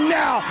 now